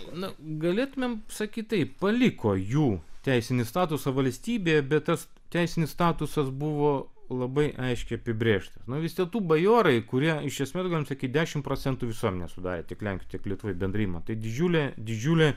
na galėtumėm sakyt taip paliko jų teisinį statusą valstybėje bet tas teisinis statusas buvo labai aiškiai apibrėžtas nu vis dėlto bajorai kurie iš esmės galima sakyt dešimt procentų visuomenę sudarė tiek lenkijoj tiek lietuvoj bendrai imant tai didžiulė didžiulė